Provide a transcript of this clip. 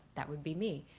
that would be me.